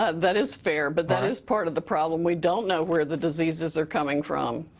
ah that is fair, but that is part of the problem. we don't know where the diseases are coming from.